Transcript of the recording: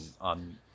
on